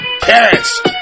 Parents